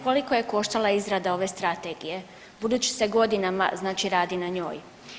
Koliko je koštala izrada ove strategije budući se godinama znači radi na njoj?